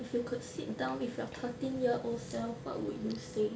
if you could sit down with your thirteen year old self what would you say